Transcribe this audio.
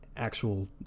Actual